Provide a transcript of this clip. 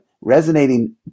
resonating